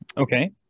okay